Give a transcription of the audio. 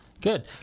Good